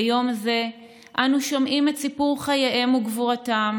ביום הזה אנו שומעים את סיפור חייהם וגבורתם